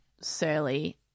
surly